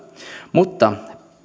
mutta